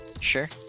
Sure